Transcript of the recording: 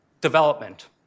development